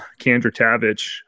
Kandratavich